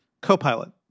copilot